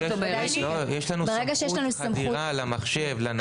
לא, לא, יש לנו סמכות חדירה למחשב ולנייד.